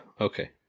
Okay